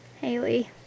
Haley